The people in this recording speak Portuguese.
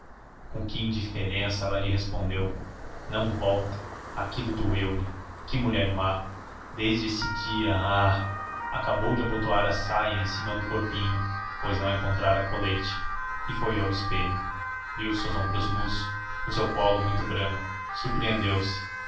com que indiferença ela lhe respondeu não volta aquilo doeu lhe que mulher má desde esse dia ah acabou de abotoar a saia em cima do corpinho pois não encontrara colete e foi ao espelho viu os seu ombros nus o seu colo muito branco surpreendeu se